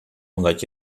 omdat